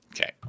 Okay